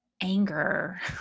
anger